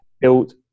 built